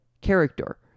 Character